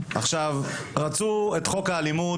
רצו את חוק האלימות.